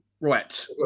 Right